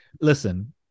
Listen